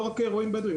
לא רק רועים בדווים,